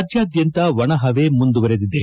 ರಾಜ್ಯಾದ್ಯಂತ ಒಣಹವೆ ಮುಂದುವರಿದಿದೆ